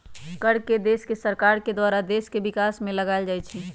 कर के देश के सरकार के द्वारा देश के विकास में लगाएल जाइ छइ